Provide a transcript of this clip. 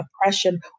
oppression